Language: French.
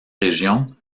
régions